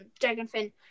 Dragonfin